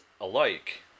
alike